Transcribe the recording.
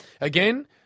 again